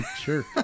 Sure